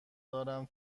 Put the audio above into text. دارم